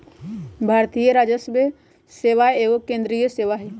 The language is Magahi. भारतीय राजस्व सेवा एगो केंद्रीय सेवा हइ